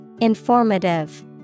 Informative